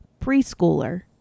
preschooler